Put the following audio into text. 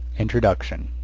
introduction